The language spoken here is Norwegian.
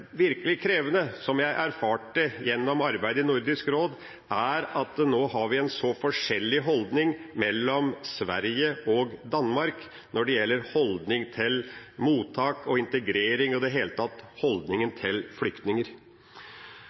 virkelig krevende, som jeg erfarte gjennom arbeidet i Nordisk råd, er at det nå er en sånn forskjell mellom Sverige og Danmark når det gjelder holdning til mottak og integrering – og i det hele tatt holdningen til flyktninger.